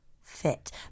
Fit